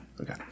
Okay